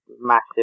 massive